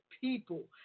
people